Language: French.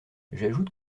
j’ajoute